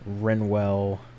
Renwell